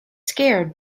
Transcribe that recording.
scared